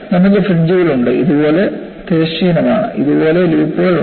നമുക്ക് ഫ്രിഞ്ച്കളുണ്ട് ഇതുപോലെ തിരശ്ചീനമാണ് ഇതുപോലെ ലൂപ്പുകൾ ഉണ്ട്